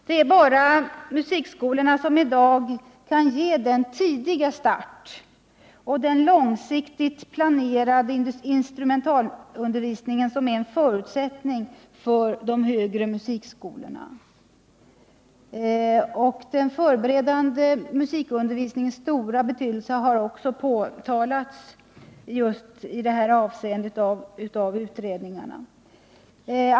Det är bara musikskolorna som i dag kan ge den tidiga start och den långsiktigt planerade instrumentalundervisning som är en förutsättning för högre musikstudier. Den förberedande musikundervisningens stora betydelse har också framhållits av utredningarna.